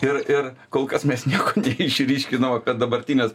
ir ir kol kas mes nieko neišryškinom apie dabartines